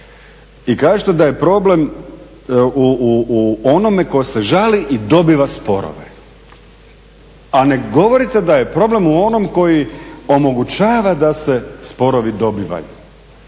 i kažete da je problem u onome tko se žali i dobiva sporove, a ne govorite da je problem u onom koji omogućava da se sporovi dobivaju,